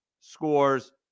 scores